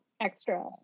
extra